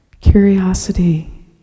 Curiosity